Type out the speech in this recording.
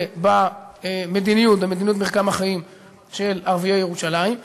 במדיניות מרקם החיים של ערביי ירושלים,